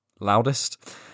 loudest